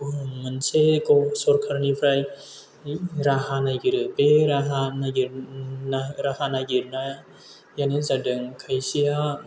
मोनसे ग'भ सरकारनिफ्राय राहा नागिरो बे राहा नागिरनायानो जादों खायसेया